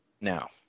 Now